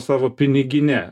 savo pinigine